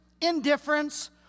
indifference